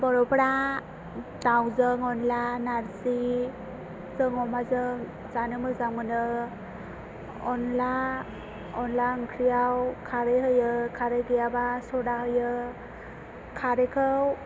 बर'फोरा दावजों अनला नार्जिजों अमाजों जानो मोजां मोनो अनला ओंख्रिआव खारै होयो खारै गैयाबा स'दा होयो खारैखौ